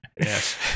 yes